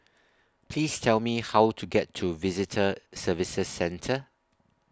Please Tell Me How to get to Visitor Services Centre